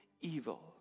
evil